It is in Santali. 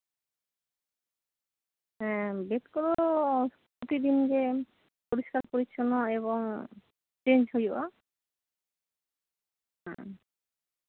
ᱦᱮᱸ ᱵᱮᱰ ᱠᱚᱫᱚ ᱯᱨᱚᱛᱤᱫᱤᱱᱜᱮ ᱯᱚᱨᱤᱥᱠᱟᱨ ᱯᱚᱨᱤᱪᱪᱷᱚᱱᱱᱚ ᱵᱷᱟᱵᱮ ᱪᱮᱧᱡ ᱦᱩᱭᱩᱜᱼᱟ ᱦᱮᱸ